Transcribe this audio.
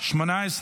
נתקבלו.